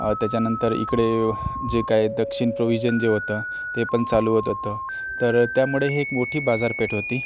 त्याच्यानंतर इकडे जे काही दक्षिण प्रोव्हिजन जे होतं ते पण चालू होत होतं तर त्यामुळे ही एक मोठी बाजारपेठ होती